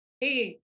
Hey